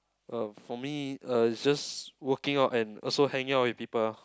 uh for me uh it's just working out and also hanging out with people ah